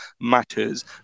matters